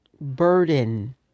burden